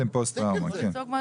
תפסיקו עם